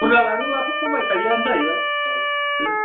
बुरजा लाङोबाथ' खमायखायोआनो जाहैबाय औ